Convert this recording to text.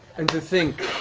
and to think,